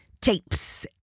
Tapes